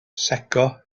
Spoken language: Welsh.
secco